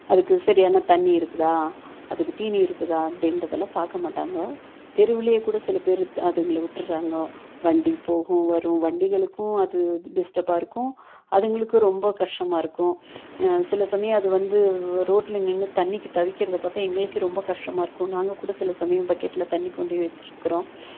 அதுக்கு சரியான தண்ணீர் இருக்குதா அதுக்கு தீனி இருக்குதா அப்படின்றதெல்லாம் பார்க்க மாட்டாங்க தெருவிலயே கூட சில பேர் அதுங்களை விட்டுர்றாங்க வண்டி போகும் வரும் வண்டிகளுக்கும் அது டிஸ்டர்பாக இருக்கும் அதுங்களுக்கும் ரொம்ப கஷ்டமாக இருக்கும் சில சமயம் அது வந்து ரோட்ல நின்று தண்ணிக்கு தவிக்கிறதை பார்த்தா எங்களுக்கு ரொம்ப கஷ்டமாக இருக்கும் நாங்கள் கூட சில சமயம் பக்கெட்ல தண்ணி கொண்டு வச்சிருக்கிறோம்